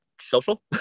social